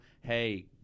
hey